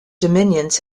dominions